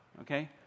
okay